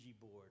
board